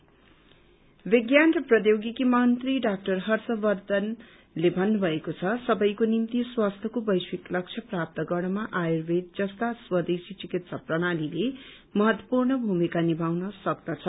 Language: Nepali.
हेल्य विज्ञान र प्रौद्योगिकी मन्त्री डा हर्षवर्धनले भन्नुभएको छ सबैको निम्ति स्वास्थ्यको वैश्विक लक्ष्य प्राप्त गर्नमा आयुर्वेद जस्ता स्वदेशी चिकित्सा प्रणालीले महत्वूपर्ण भूमिका निभाउन सक्दछ